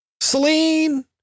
Celine